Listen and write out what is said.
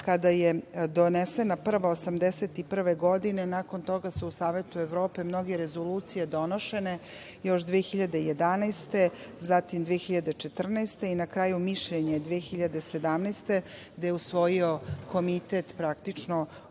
kada je donesena prva 1981. godine, nakon toga su u Savetu Evrope mnoge rezolucije donošene, još 2011. godine, zatim 2014. godine i na kraju mišljenje 2017. godine, gde je usvojio Komitet praktično